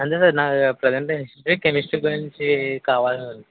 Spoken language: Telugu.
అంతే సార్నా ప్రెజెంట్ హిస్టరీ కెమిస్ట్రీ గురించి కావాలి